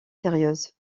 sérieuses